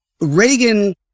reagan